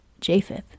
Japheth